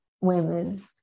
women